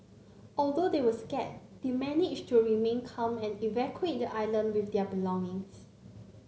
although they were scared they to remain calm and evacuate the island with their belongings